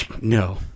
No